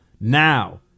now